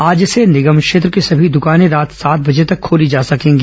आज से निगम क्षेत्र की सभी दुकानें रात सात बजे तक खोली जा सकेंगी